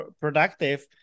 productive